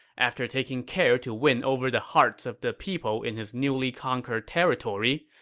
after taking care to win over the hearts of the people in his newly conquered territory,